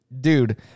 Dude